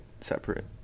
separate